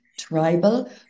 tribal